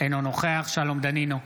אינו נוכח שלום דנינו,